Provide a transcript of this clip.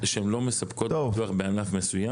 החברות יכולות להחליט שהן לא מספקות ביטוח בענף מסוים,